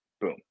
Boom